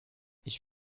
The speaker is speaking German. ich